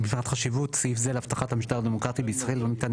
'מפאת חשיבות סעיף זה להבטחת המשטר הדמוקרטי בישראל לא ניתן